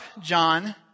John